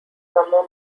summer